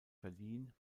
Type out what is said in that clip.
verliehen